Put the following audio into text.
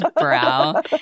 brow